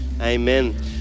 Amen